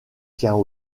tient